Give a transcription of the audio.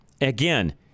Again